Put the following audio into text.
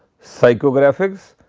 psychographics,